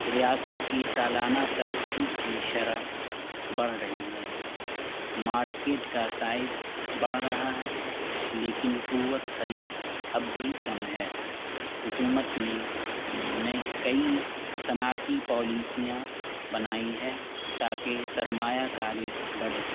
ریاست کی سالانہ ترقی کی شرح بڑھ رہی ہے مارکیٹ کا سائز بڑھ رہا ہے لیکن قوت خرید اب بھی کم ہے حکومت نے نئے کئی صنعتی پالیسیاں بنائی ہے تاکہ سرمایہ کاری بڑھے